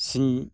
ᱥᱤᱧ